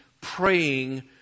praying